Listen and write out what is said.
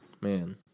man